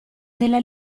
della